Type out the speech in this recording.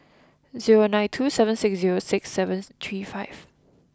zero nine two seven six zero six seven three five